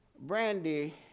Brandy